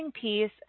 piece